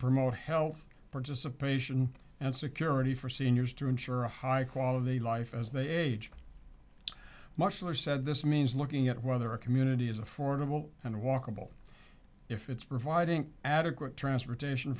promote health participation and security for seniors to ensure a high quality life as they age much lower said this means looking at whether a community is affordable and walkable if it's providing adequate transportation